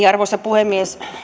arvoisa puhemies